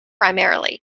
primarily